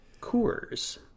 Coors